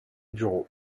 bureaux